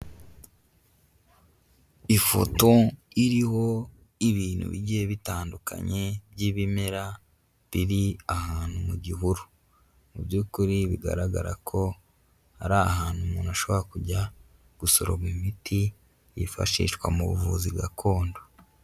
Ifoto iriho ibintu bigiye bitandukanye by'ibimera, biri ahantu mu gihuru. Mu by'ukuri bigaragara ko ari ahantu umuntu ashobora kujya gusoroma imiti yifashishwa mu buvuzi gakondo.